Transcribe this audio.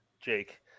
Jake